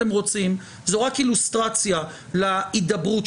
אתם באמת צריכים ללמד אותנו להיזהר בלשוננו.